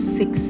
six